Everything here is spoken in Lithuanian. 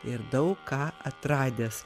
ir daug ką atradęs